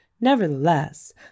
Nevertheless